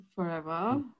forever